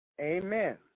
amen